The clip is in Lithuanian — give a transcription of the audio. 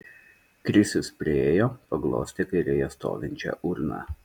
krisius priėjo paglostė kairėje stovinčią urną